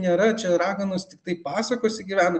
nėra čia raganos tiktai pasakose gyvena